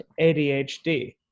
ADHD